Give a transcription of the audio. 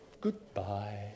goodbye